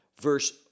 Verse